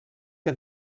que